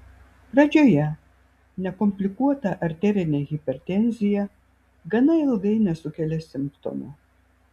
pradžioje nekomplikuota arterinė hipertenzija gana ilgai nesukelia simptomų